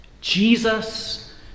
Jesus